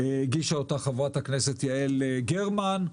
הגישה אותה חברת הכנסת יעל גרמן,